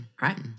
right